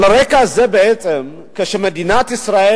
על רקע זה בעצם, כשקמה מדינת ישראל,